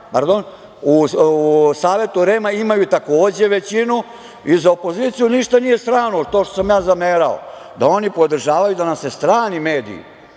Dakle, u Savetu REM-a imaju takođe većinu i za opoziciju ništa nije strano to što sam zamerao, da oni podržavaju da nam se strani mediji,